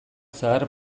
zahar